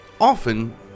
often